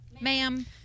ma'am